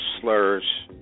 slurs